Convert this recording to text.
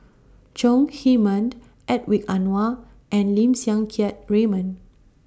Chong Heman Hedwig Anuar and Lim Siang Keat Raymond